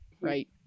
right